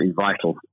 vital